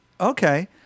okay